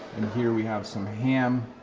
and here we have some ham,